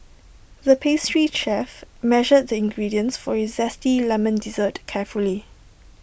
the pastry chef measured the ingredients for A Zesty Lemon Dessert carefully